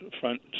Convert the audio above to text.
front